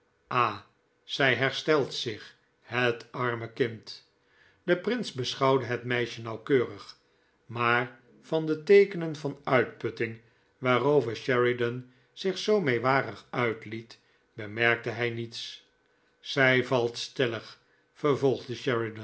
ha zij herstelt zich het arme kind de prins beschouwde het meisje nauwkeurig maar van de teekenen van uitputting waarover sheridan zich zoo meewarig uitliet bemerkte hij niets zij valt stellig vervolgde